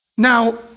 Now